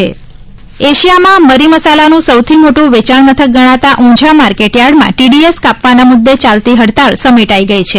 ઊંઝા હડતાળ સમેટાઈ એશિયામાં મરીમસાલાનું સૌથી મોટું વેચાણ મથક ગણાતા ઊંઝા માર્કેટ થાર્ડમાં ટીડીએસ કાપવાના મુદ્દે ચાલતી હડતાળ સમેટાઈ ગઈ છે